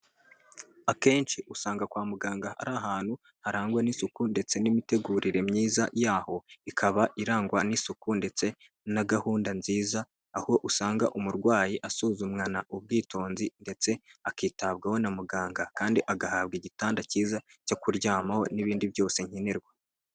Akenshi usanga kwa muganga ari ahantu harangwa n'isuku ndetse n'imitegurire myiza yaho ikaba irangwa n'isuku ndetse na gahunda nziza, aho usanga umurwayi asuzumwana ubwitonzi ndetse akitabwaho na muganga kandi agahabwa igitanda cyiza cyo kuryamaho n'ibindi byose nkenerwa.